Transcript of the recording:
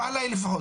לא עליי לפחות,